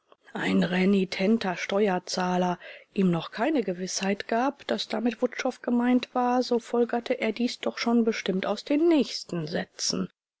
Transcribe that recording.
ein renitenter steuerzahler ihm noch keine gewißheit gab daß damit wutschow gemeint war so folgerte er dies doch schon bestimmt aus den nächsten sätzen